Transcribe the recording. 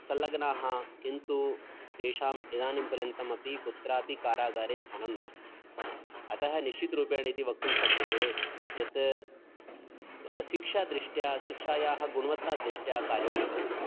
संलग्नाः किन्तु तेषाम् इदानीं पर्यन्तमपि कुत्रापि कारागारे स्थानं नास्ति अतः निश्चितरूपेण इति वक्तुं शक्यते यत् स् शिक्षादृष्ट्या शिक्षायाः गुणवत्तादृष्ट्या कार्यं न भवति